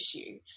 issue